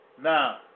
Now